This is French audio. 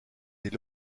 des